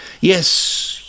yes